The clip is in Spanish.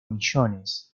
millones